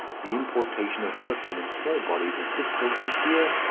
the importation of workmen in small bodies is difficult and dear,